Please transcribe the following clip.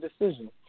decision